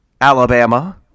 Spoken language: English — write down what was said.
Alabama